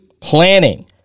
planning